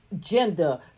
gender